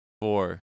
Four